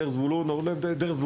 דרך זבולון המר,